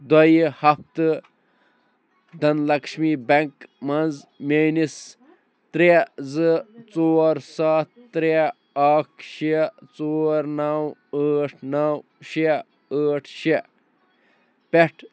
دۄیہِ ہفتہٕ دَھن لکشمی بیٚنٛک منٛز میٛٲنِس ترٛےٚ زٕ ژور سَتھ ترٛےٚ اَکھ شےٚ ژور نَو ٲٹھ نَو شےٚ ٲٹھ شےٚ پٮ۪ٹھ